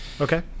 Okay